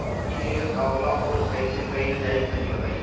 इ निवेस का होला अउर कइसे कइल जाई तनि बताईं?